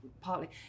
partly